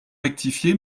rectifié